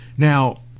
Now